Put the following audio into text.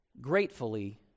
Gratefully